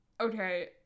okay